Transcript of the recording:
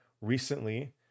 recently